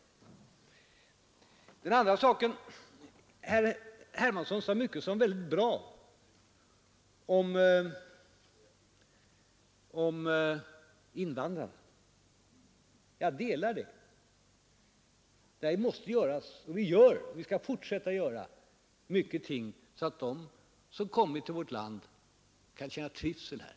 Om invandrarna sade herr Hermansson mycket som är väldigt bra och som jag ansluter mig till. Vi gör mycket, och vi skall fortsätta att göra mycket för att de som kommit till vårt land skall känna trivsel här.